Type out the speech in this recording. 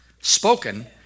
spoken